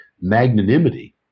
magnanimity